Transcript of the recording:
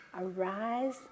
Arise